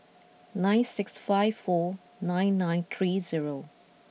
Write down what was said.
nine six five four nine nine three zero